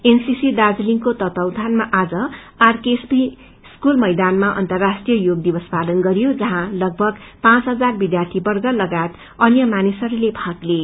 NCC दार्जीलिङको तत्वाघानमा आज आरकेएसपी स्कूल मैदानमा अर्न्तराष्ट्रिय योग दिवस पालन गरियो जहाँ लगभग पाँच हजार विध्यार्यी वर्ग लगायत अन्य मानिसहरूले भाग लिए